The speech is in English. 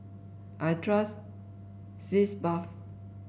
I trust Sitz Bath